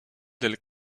del